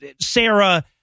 Sarah